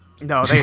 No